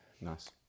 nice